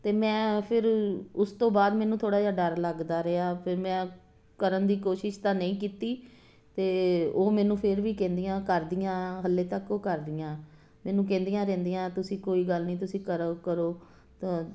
ਅਤੇ ਮੈਂ ਫਿਰ ਉਸ ਤੋਂ ਬਾਅਦ ਮੈਨੂੰ ਥੋੜ੍ਹਾ ਜਿਹਾ ਡਰ ਲੱਗਦਾ ਰਿਹਾ ਫਿਰ ਮੈਂ ਕਰਨ ਦੀ ਕੋਸ਼ਿਸ਼ ਤਾਂ ਨਹੀਂ ਕੀਤੀ ਅਤੇ ਉਹ ਮੈਨੂੰ ਫਿਰ ਵੀ ਕਹਿੰਦੀਆਂ ਕਰਦੀਆਂ ਹਜੇ ਤੱਕ ਉਹ ਕਰਦੀਆਂ ਮੈਨੂੰ ਕਹਿੰਦੀਆਂ ਰਹਿੰਦੀਆਂ ਤੁਸੀਂ ਕੋਈ ਗੱਲ ਨਹੀਂ ਤੁਸੀਂ ਕਰੋ ਕਰੋ ਤ